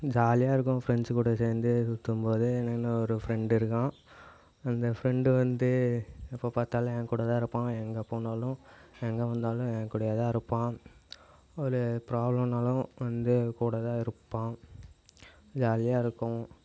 ஜாலியாயிருக்கும் friends கூட சேர்ந்து சுற்றும்போது எனக்குன்னு ஒரு ஃப்ரெண்டு இருக்கான் அந்த ஃப்ரெண்ட்டு வந்து எப்போ பார்த்தாலும் என் கூடதான் இருப்பான் எங்கே போனாலும் எங்கே வந்தாலும் ஏ கூடவேதான் இருப்பான் ஒரு பிராப்ளம்னாலும் வந்து என் கூடதான் இருப்பான் ஜாலியாக இருக்கும்